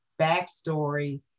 backstory